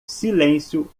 silêncio